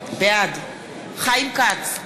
בעד חיים כץ,